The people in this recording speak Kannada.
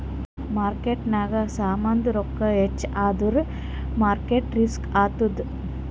ಮಾರ್ಕೆಟ್ನಾಗ್ ಸಾಮಾಂದು ರೊಕ್ಕಾ ಹೆಚ್ಚ ಆದುರ್ ಮಾರ್ಕೇಟ್ ರಿಸ್ಕ್ ಆತ್ತುದ್